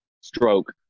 Stroke